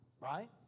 right